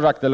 Det